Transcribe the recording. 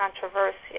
controversial